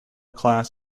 class